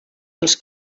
els